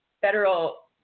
federal